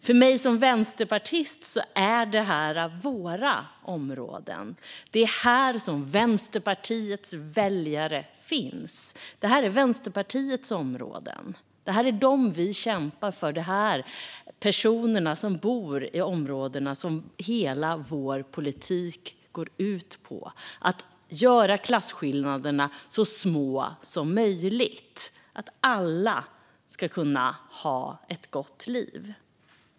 För mig som vänsterpartist är det här våra områden. Det är här som Vänsterpartiets väljare finns. Det är Vänsterpartiets områden. Det är dem vi kämpar för. Det är de personer som bor i områdena som hela vår politik går ut på att förbättra för. Det handlar om att göra klasskillnaderna som små som möjligt och att alla ska kunna ha ett gott liv.